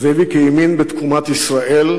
זאביק האמין בתקומת ישראל,